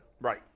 Right